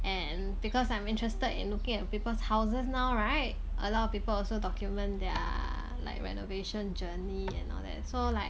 and because I'm interested in looking at people's houses now right a lot of people also document their like renovation journey and all that so like